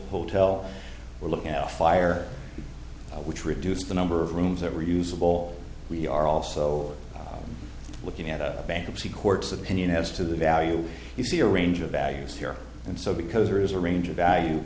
hotel we're looking at a fire which reduced the number of rooms that were usable we are also looking at a bankruptcy courts opinion as to the value you see a range of values here and so because there is a range of value